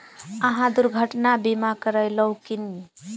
अहाँ दुर्घटना बीमा करेलौं की?